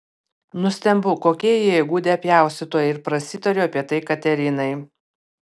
nustembu kokie jie įgudę pjaustytojai ir prasitariu apie tai katerinai